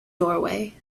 doorway